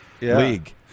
league